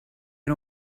era